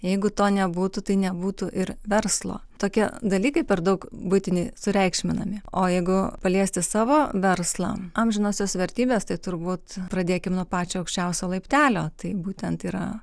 jeigu to nebūtų tai nebūtų ir verslo tokie dalykai per daug buitiniai sureikšminami o jeigu paliesti savo verslą amžinosios vertybės tai turbūt pradėkim nuo pačio aukščiausio laiptelio tai būtent yra